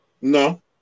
No